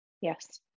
Yes